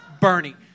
Bernie